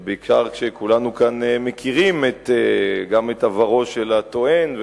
בעיקר כשכולנו כאן מכירים גם את עברו של הטוען,